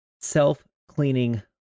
self-cleaning